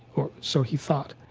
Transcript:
or so he thought.